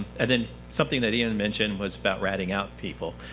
and then something that ian mentioned was about ratting out people.